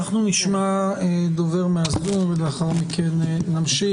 אנחנו נשמע דובר מהזום, ולאחר מכן נמשיך.